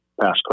past